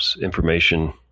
information